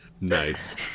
Nice